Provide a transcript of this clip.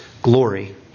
Glory